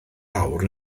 awr